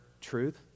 truth